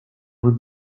would